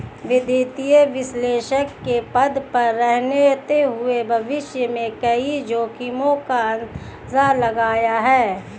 वित्तीय विश्लेषक के पद पर रहते हुए भविष्य में कई जोखिमो का अंदाज़ा लगाया है